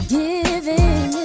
giving